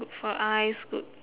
good for eyes good